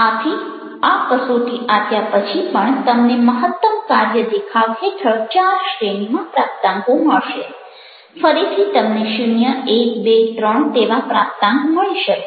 આથી આ કસોટી આપ્યા પછી પણ તમને મહત્તમ દેખાવ હેઠળ ચાર શ્રેણીમાં પ્રાપ્તાંકો મળશે ફરીથી તમને 0 1 2 3 તેવા પ્રાપ્તાંક મળી શકે છે